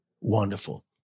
Wonderful